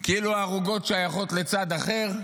כאילו ההרוגות שייכות לצד אחר,